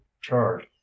charge